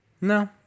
No